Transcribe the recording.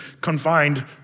confined